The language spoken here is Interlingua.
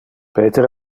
peter